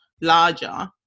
larger